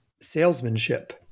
salesmanship